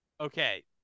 okay